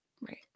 Right